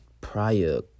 prior